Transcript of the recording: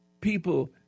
people